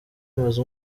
imaze